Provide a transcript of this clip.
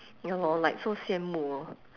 ya lor like so 羡慕：xian mu hor